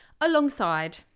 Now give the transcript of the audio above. alongside